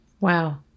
Wow